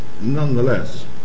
nonetheless